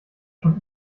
schon